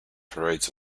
parades